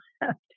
left